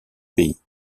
pays